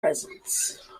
presence